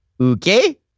Okay